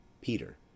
Peter